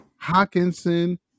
Hawkinson